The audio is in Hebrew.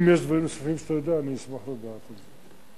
אם יש דברים נוספים שאתה יודע, אשמח לדעת את זה.